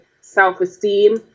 self-esteem